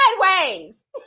sideways